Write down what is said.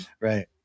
Right